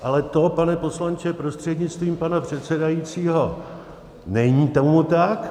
Ale to, pane poslanče prostřednictvím pana předsedajícího, není tomu tak.